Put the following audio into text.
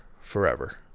forever